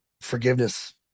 forgiveness